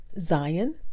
Zion